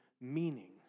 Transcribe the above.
meaning